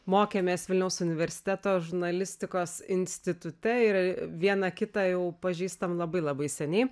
mokėmės vilniaus universiteto žurnalistikos institute ir viena kitą jau pažįstam labai labai seniai